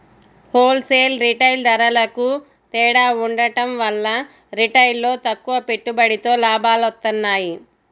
whole sale, retail ధరలకూ తేడా ఉండటం వల్ల రిటైల్లో తక్కువ పెట్టుబడితో లాభాలొత్తన్నాయి